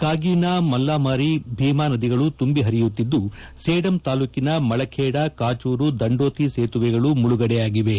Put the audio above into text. ಕಾಗೀನಾ ಮುಲ್ಲಾಮಾರಿ ಭೀಮಾ ನದಿಗಳು ತುಂಬಿ ಹರಿಯುತ್ತಿದ್ದು ಸೇಡಂ ತಾಲೂಕಿನ ಮಳಖೇದ ಕಾಚೂರು ದಂಡೋತಿ ಸೇತುವೆಗಳು ಮುಳುಗಡೆ ಅಗಿವೆ